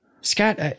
Scott